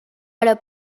hora